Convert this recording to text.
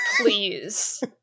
Please